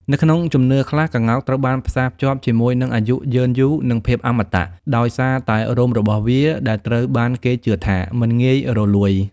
នៅក្នុងជំនឿខ្លះ ក្ងោកត្រូវបានផ្សារភ្ជាប់ជាមួយនឹង អាយុយឺនយូរ និង ភាពអមតៈ ដោយសារតែរោមរបស់វាដែលត្រូវបានគេជឿថាមិនងាយរលួយ។